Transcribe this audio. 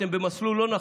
אתם במסלול לא נכון.